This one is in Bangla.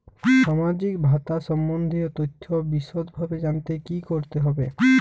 সামাজিক ভাতা সম্বন্ধীয় তথ্য বিষদভাবে জানতে কী করতে হবে?